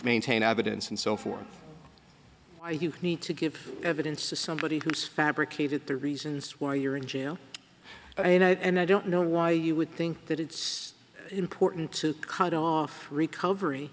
maintain evidence and so forth i think you need to give evidence to somebody who's fabricated the reasons why you're in jail you know and i don't know why you would think that it's important to cut off recovery